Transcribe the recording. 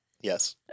Yes